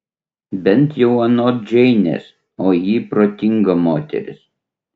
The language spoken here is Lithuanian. bent jau anot džeinės o ji protinga moteris